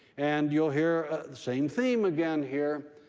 and you'll hear the same theme again here.